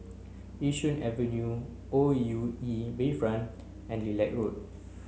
Yishun Avenue O U E Bayfront and Lilac Road